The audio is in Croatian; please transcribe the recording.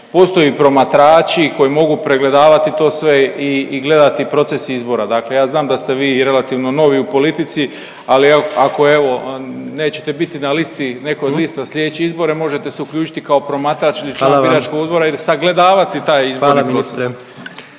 Postoje promatrači koji mogu pregledavati to sve i gledati proces izbora. Dakle, ja znam da ste vi relativno novi u politici, ali ako evo nećete biti na listi, na nekoj listi za sljedeće izbore možete se uključiti kao promatrač ili član biračkog odbora i sagledavati taj izborni